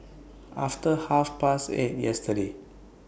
after Half Past eight yesterday